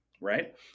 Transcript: Right